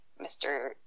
Mr